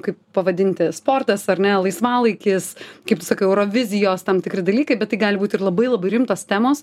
kaip pavadinti sportas ar ne laisvalaikis kaip sakau eurovizijos tam tikri dalykai bet tai gali būti ir labai labai rimtos temos